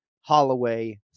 Holloway